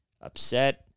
upset